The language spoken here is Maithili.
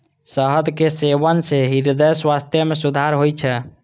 शहद के सेवन सं हृदय स्वास्थ्य मे सुधार होइ छै